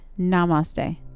Namaste